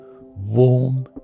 Warm